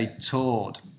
toured